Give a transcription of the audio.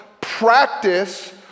practice